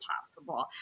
possible